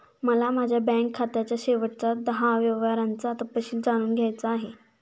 मला माझ्या बँक खात्याच्या शेवटच्या दहा व्यवहारांचा तपशील जाणून घ्यायचा आहे